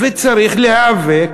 וצריך להיאבק